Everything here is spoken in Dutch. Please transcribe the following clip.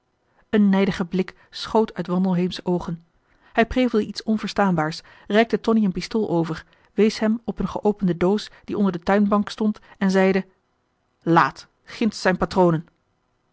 een nijdige blik schoot uit wandelheems oogen hij prevelde iets onverstaanbaars reikte tonie een pistool over wees hem op een geopende doos die onder de tuinbank stond en zeide laad ginds zijn patronen